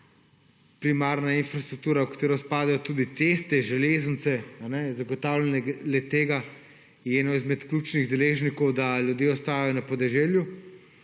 primarna infrastruktura, v katero spadajo tudi ceste, železnice, zagotavljanje le-teh je eden izmed ključnih deležnikov, da ljudje ostajajo na podeželju,